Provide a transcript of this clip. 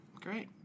great